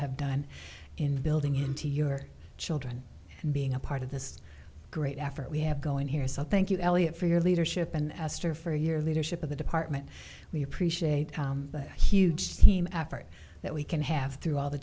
have done in building into your children and being a part of this great effort we have going here so thank you for your leadership and asked her for years leadership of the department we appreciate the huge team effort that we can have through all the